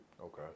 okay